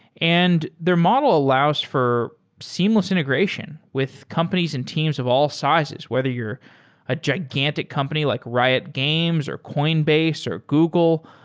and their model allows for seamless integration with companies and teams of all sizes. whether you're a gigantic company like riot games, or coinbase, or google,